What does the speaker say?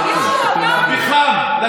גלית, יהיה לך, את עולה לפה.